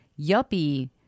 Yuppie